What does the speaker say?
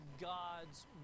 God's